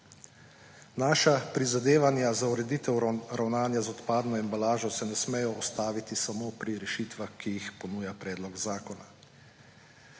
Naša prizadevanja za ureditev ravnanja z odpadno embalažo se ne smejo ustaviti samo pri rešitvah, ki jih ponuja predlog zakona.